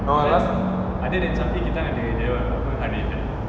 no lah